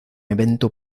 evento